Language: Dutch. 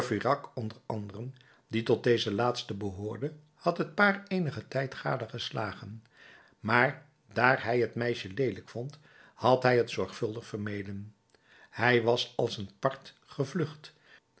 onder anderen die tot deze laatsten behoorde had het paar eenigen tijd gadegeslagen maar daar hij het meisje leelijk vond had hij het zorgvuldig vermeden hij was als een parth gevlucht